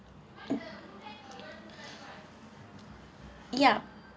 ya